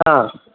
हा